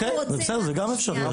בסדר, זו גם אפשרות.